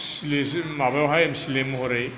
सिदलि माबायावहाय M C L A महरै